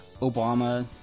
Obama